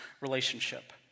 relationship